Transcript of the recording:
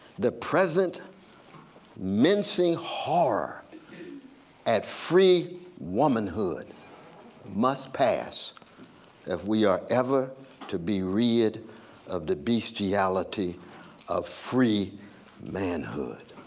the present mincing horror at free womanhood must pass if we are ever to be rid of the bestiality of free manhood.